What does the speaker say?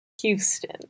Houston